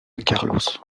carlos